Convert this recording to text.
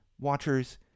watchers